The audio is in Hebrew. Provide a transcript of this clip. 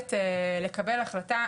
והיכולת לקבל החלטה,